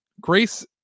grace